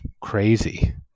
crazy